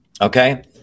okay